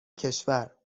کشور